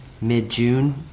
mid-June